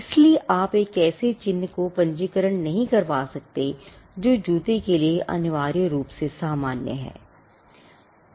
इसलिए आप एक ऐसे चिह्न को पंजीकरण नहीं करवा सकते जो जूते के लिए अनिवार्य रूप से सामान्य है